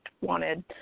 wanted